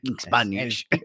Spanish